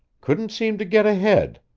couldn't seem to get ahead.